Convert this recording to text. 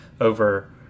over